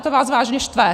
To vás vážně štve!